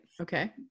okay